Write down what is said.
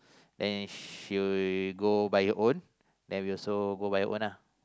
then you should go by your own and we also go by your own lah